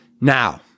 Now